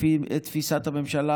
לפי תפיסת הממשלה,